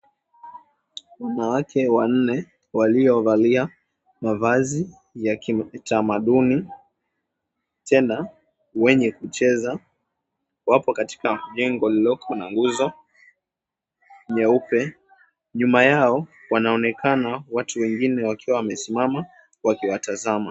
Wanawake wanne waliovalia mavazi ya kitamaduni, tena wenye kucheza, wapo katika jengo lililoko na nguzo nyeupe. Nyuma yao wanaonekana watu wengine wakiwa wamesimama wakiwatazama.